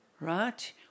Right